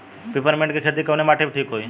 Peppermint के खेती कवने माटी पे ठीक होई?